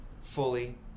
fully